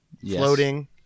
floating